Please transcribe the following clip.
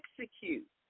execute